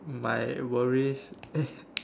my worries is